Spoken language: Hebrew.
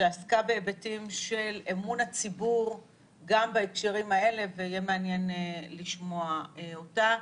שעסקה בהיבטים של אמון הציבור גם בהקשרים האלה ויהיה מעניין לשמוע אותה.